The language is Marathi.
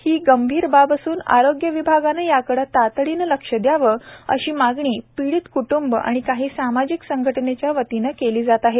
हि गंभीर बाब असून आरोग्य विभागाने याकडे याकडे तातडीने लक्ष द्यावे अशी मागणी पीडित क्ट्ंब आणि काही सामाजिक संघटनेच्या वतीने केला जात आहेत